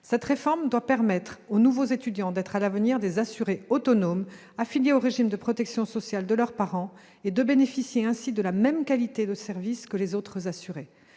Cette réforme doit permettre aux nouveaux étudiants d'être, à l'avenir, des assurés autonomes affiliés au régime de protection sociale de leurs parents et de bénéficier ainsi de la même qualité de service que les autres assurés.